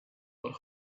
but